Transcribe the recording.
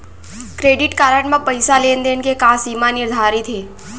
Credit card म पइसा लेन देन के का सीमा निर्धारित हे?